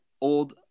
old